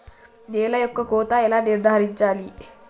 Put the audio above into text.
నేల యొక్క కోత ఎలా నిర్ధారించాలి?